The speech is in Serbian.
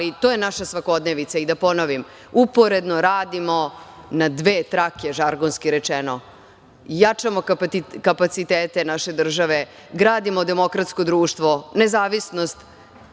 ali to je naša svakodnevnica.I da ponovim - uporedo radimo na dve trake, žargonski rečeno - jačamo kapacitete naše države, gradimo demokratsko društvo, nezavisnost